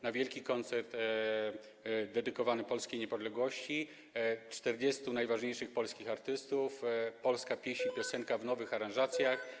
Na wielki koncert dedykowany polskiej niepodległości - 40 najważniejszych polskich artystów, polska pieśń i piosenka w nowych aranżacjach.